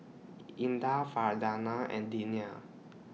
Indah Farhanah and Diyana